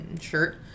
shirt